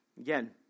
Again